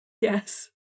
Yes